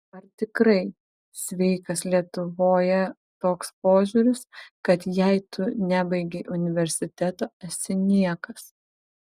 ar tikrai sveikas lietuvoje toks požiūris kad jei tu nebaigei universiteto esi niekas